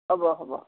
হ'ব হ'ব